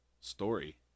story